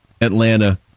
Atlanta